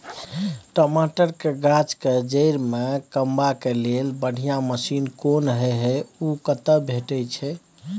टमाटर के गाछ के जईर में कमबा के लेल बढ़िया मसीन कोन होय है उ कतय भेटय छै?